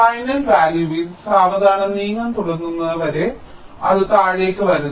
final വാല്യൂയിൽ സാവധാനം നീങ്ങാൻ തുടങ്ങുന്നതുവരെ അത് താഴേക്ക് വരുന്നു